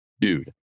dude